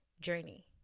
journey